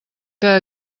que